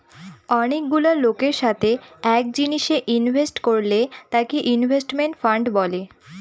অনেকগুলা লোকের সাথে এক জিনিসে ইনভেস্ট করলে তাকে ইনভেস্টমেন্ট ফান্ড বলে